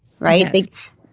Right